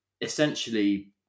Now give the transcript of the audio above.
essentially